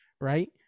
right